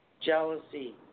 jealousy